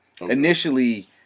Initially